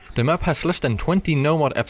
the map has less than twenty no mod fc's,